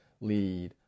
lead